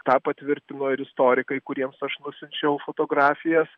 tą patvirtino ir istorikai kuriems aš nusiunčiau fotografijas